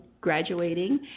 graduating